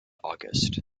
august